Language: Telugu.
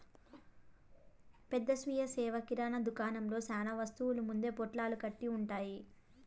పెద్ద స్వీయ సేవ కిరణా దుకాణంలో చానా వస్తువులు ముందే పొట్లాలు కట్టి ఉంటాయి